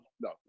no